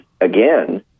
again